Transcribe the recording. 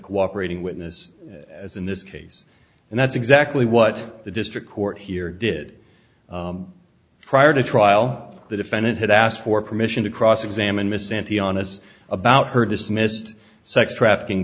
cooperating witness as in this case and that's exactly what the district court here did prior to trial the defendant had asked for permission to cross examine miss anthony on us about her dismissed sex trafficking